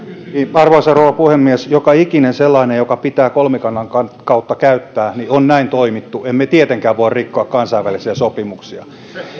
arvoisa rouva puhemies joka ikisessä sellaisessa joka pitää kolmikannan kautta käyttää on näin toimittu emme tietenkään voi rikkoa kansainvälisiä sopimuksia